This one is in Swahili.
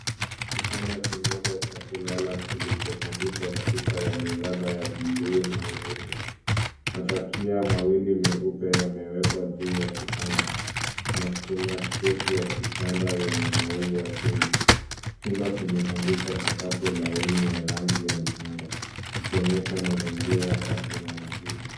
Kitanda kimoja cha kulala kilichotandikwa shuka ya miraba ya blue , na nyeupe. Matakia mawili meupe yamewekwa juu ya kitanda na kuna sketi ya kitanda yenye maua, chini. Chumba kimetandikwa sakafu laini ya rangi ya mchanga, ikionyesha mazingira safi na rahisi.